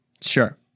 Sure